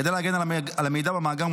כדי להגן על המידע במאגר,